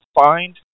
find